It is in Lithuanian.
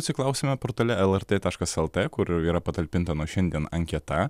atsiklausime portale lrt taškas lt kur yra patalpinta nuo šiandien anketa